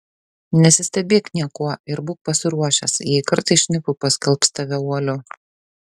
nesistebėk niekuo ir būk pasiruošęs jei kartais šnipu paskelbs tave uoliu